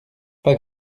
pas